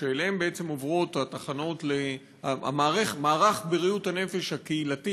שאליהן עובר מערך בריאות הנפש הקהילתי,